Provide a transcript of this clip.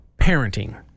parenting